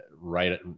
right